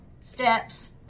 steps